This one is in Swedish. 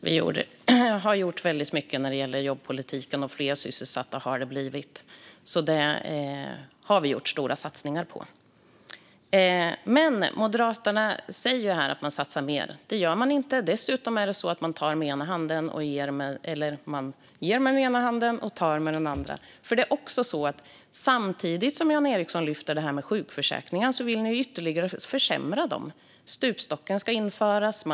Fru talman! Vi har gjort väldigt mycket när det gäller jobbpolitiken, och fler sysselsatta har det blivit. Det har vi alltså gjort stora satsningar på. Men Moderaterna säger att man satsar mer. Det gör man inte. Dessutom ger man med den ena handen och tar med den andra. Samtidigt som du, Jan Ericson, lyfter detta med sjukförsäkringarna vill ni nämligen försämra dem ytterligare. Stupstocken ska införas.